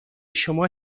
شما